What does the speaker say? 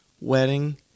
wedding